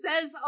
says